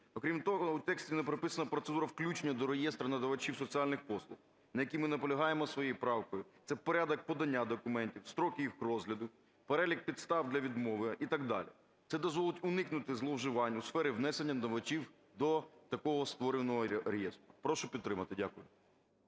Окрім того, в тексті не прописана процедура включення до реєстру надавачів соціальних послуг, на якій ми наполягаємо своєю правкою. Це порядок подання документів, строки їх розгляду, перелік підстав для відмови і так далі. Це дозволить уникнути зловживань у сфері внесення надавачів до такого створеного реєстру. Прошу підтримати. Дякую.